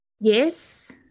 Yes